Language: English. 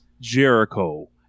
Jericho